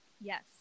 Yes